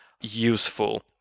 useful